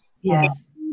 yes